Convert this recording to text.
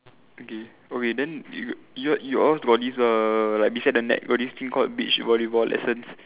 okay okay then your your yours got this err like beside the net got this thing called beach volleyball lessons